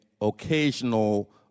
occasional